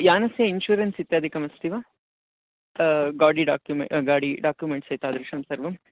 यानस्य इन्शुरेन्स् इत्यादिकम् अस्ति वा गोडि डाक्युमे गाडि डाक्युमेण्ट्स् एतादृशं सर्वं